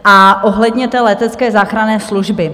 A ohledně té letecké záchranné služby.